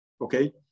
okay